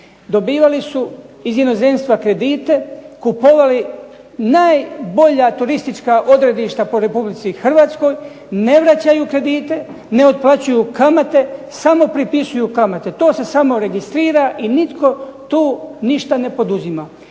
Dobivali su iz inozemstva kredite, kupovali najbolja turistička odredišta po Republici Hrvatskoj, ne vraćaju kredite, ne otplaćuju kamate, samo pripisuju kamate. To se samo registrira i nitko tu ništa ne poduzima.